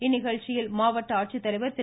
இந்நிகழ்ச்சியில் மாவட்ட ஆட்சித்தலைவர் திரு